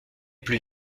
plus